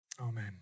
Amen